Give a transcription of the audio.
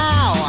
Now